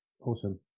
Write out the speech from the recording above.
awesome